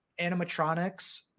animatronics